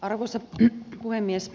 arvoisa puhemies